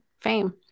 fame